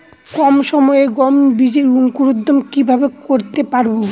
কম সময়ে গম বীজের অঙ্কুরোদগম কিভাবে করতে পারব?